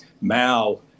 Mao